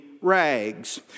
rags